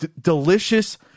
delicious